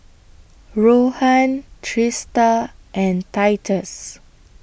Rohan Trista and Titus